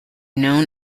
known